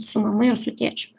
su mama ir su tėčiu